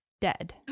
dead